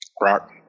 Rock